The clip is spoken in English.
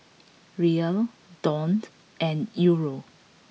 Riel Dong and Euro